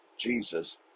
Jesus